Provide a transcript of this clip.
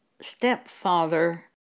stepfather